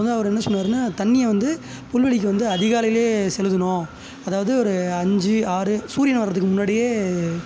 அப்புறம் வந்து அவர் என்ன சொன்னாருன்னால் தண்ணியை வந்து புல்வெளிக்கு வந்து அதிகாலையிலே செலுத்தணும் அதாவது ஒரு அஞ்சு ஆறு சூரியன் வரத்துக்கு முன்னாடியே